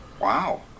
Wow